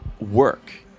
work